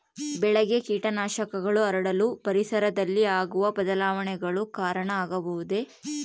ಬೆಳೆಗೆ ಕೇಟನಾಶಕಗಳು ಹರಡಲು ಪರಿಸರದಲ್ಲಿ ಆಗುವ ಬದಲಾವಣೆಗಳು ಕಾರಣ ಆಗಬಹುದೇ?